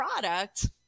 product